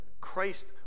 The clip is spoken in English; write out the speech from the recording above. Christ